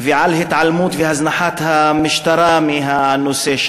ועל ההתעלמות וההזנחה של המשטרה בנושא.